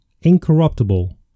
incorruptible